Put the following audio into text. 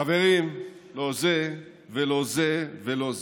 חברים, לא זה ולא זה ולא זה.